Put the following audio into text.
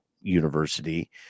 University